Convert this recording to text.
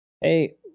hey